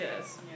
Yes